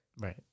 right